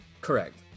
Correct